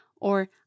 or